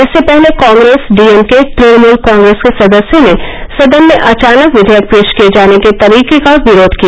इससे पहले कांग्रेस डीएमके तृणमूल कांग्रेस के सदस्यों ने सदन में अचानक विघेयक पेश किए जाने के तरीके का विरोध किया